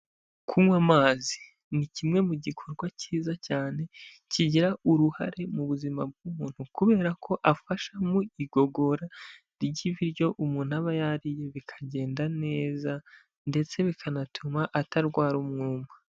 Kunywa amazi ni kimwe mu gikorwa cyiza cyane, kigira uruhare mu buzima bw'umuntu kubera ko afasha mu igogora ry'ibiryo, umuntu aba yariye bikagenda neza ndetse bikanatuma atarwara umwuma.